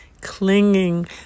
clinging